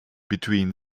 between